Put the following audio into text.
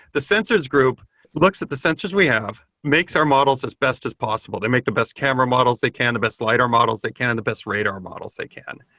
the sensors group looks at the sensors we have, makes our models as best as possible. they make the best camera models they can, the best lidar models they can and the best radar models they can,